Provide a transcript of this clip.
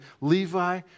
Levi